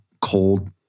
cold